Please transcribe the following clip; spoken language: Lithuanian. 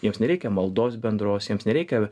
jiems nereikia maldos bendros jiems nereikia